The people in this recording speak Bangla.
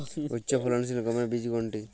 উচ্চফলনশীল গমের বীজ কোনটি?